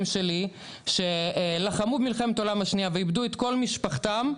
שלי שלחמו במלחמת העולם השנייה ואיבדו את כל משפחתם.